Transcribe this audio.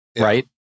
right